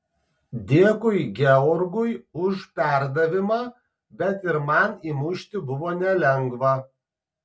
dėkui georgui už perdavimą bet ir man įmušti buvo nelengva